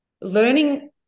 learning